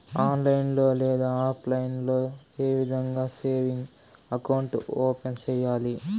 online లో లేదా offline లో ఏ విధంగా సేవింగ్ అకౌంట్ ఓపెన్ సేయాలి